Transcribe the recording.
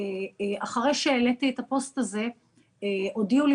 אחרי שהעליתי את הפוסט הזה הודיעו לי